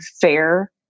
fair